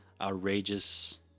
outrageous